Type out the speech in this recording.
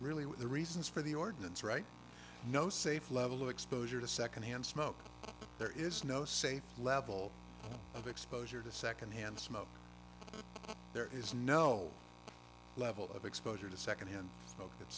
with the reasons for the ordinance right no safe level of exposure to secondhand smoke there is no safe level of exposure to secondhand smoke there is no level of exposure to second hand smoke that